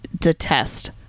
detest